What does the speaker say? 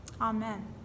Amen